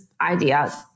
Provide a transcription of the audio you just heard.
idea